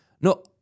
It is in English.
no